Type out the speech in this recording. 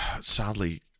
Sadly